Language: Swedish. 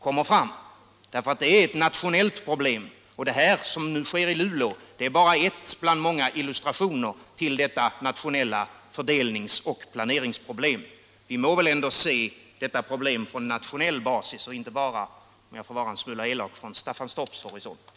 Det är nämligen ett nationellt problem, och det som nu sker i Luleå är bara en bland många illustrationer till detta nationella fördelnings och planeringsproblem. Ni må väl ändå se detta problem från nationell basis och inte bara, om jag får vara en smula elak, från Staffanstorps horisont.